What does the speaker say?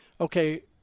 okay